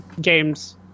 games